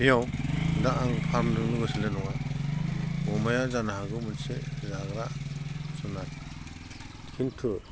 बेयाव दा आं फार्मजों लोगोसे नङा अमाया जानोहागौ मोनसे जाग्रा जुनाद खिन्थु